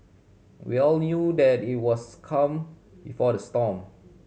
we all knew that it was calm before the storm